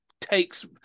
takes